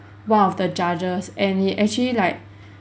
one of the judges and he actually like